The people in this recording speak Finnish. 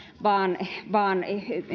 vaan vaan